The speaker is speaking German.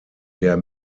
der